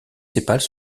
sépales